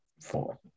Four